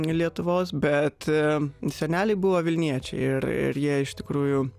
lietuvos bet seneliai buvo vilniečiai ir ir jie iš tikrųjų